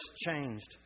changed